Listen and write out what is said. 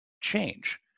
change